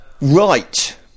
Right